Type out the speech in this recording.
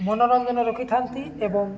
ମନୋରଞ୍ଜନ ରଖିଥାନ୍ତି ଏବଂ